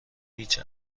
هیچ